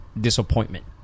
disappointment